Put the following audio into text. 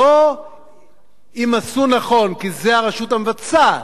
לא אם עשו נכון, כי זה הרשות המבצעת,